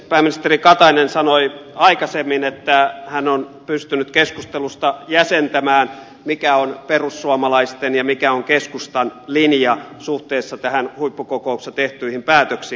pääministeri katainen sanoi aikaisemmin että hän on pystynyt keskustelusta jäsentämään mikä on perussuomalaisten ja mikä on keskustan linja suhteessa näihin huippukokouksessa tehtyihin päätöksiin